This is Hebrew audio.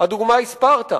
והדוגמה היא ספרטה.